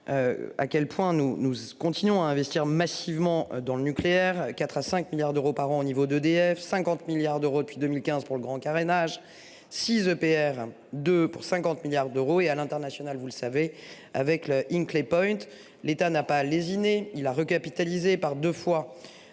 À quel point nous nous continuons à investir massivement dans le nucléaire. 4 à 5 milliards d'euros par an au niveau d'EDF. 50 milliards d'euros depuis 2015 pour le grand carénage six EPR de pour 50 milliards d'euros et à l'international, vous le savez avec le Hinkley Point, l'État n'a pas lésiné, il a recapitalisé par 2 fois